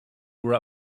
were